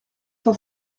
cent